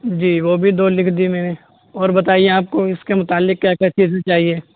جی وہ بھی دو لکھ دی میں نے اور بتائیے آپ کو اس کے متعلق کیا کیا چیزیں چاہیے